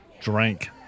Drank